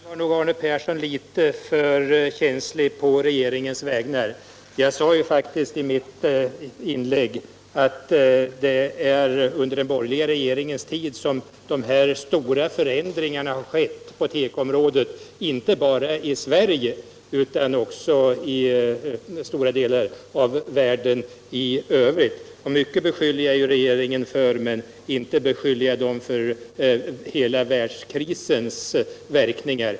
Herr talman! Nu var Arne Persson litet för känslig på regeringens vägnar. Jag sade faktiskt att det är under den borgerliga regeringens tid som de stora förändringarna har skett på tekoområdet inte bara i Sverige utan i stora delar av världen i övrigt. Mycket beskyller jag regeringen för men inte för hela världskrisens verkningar.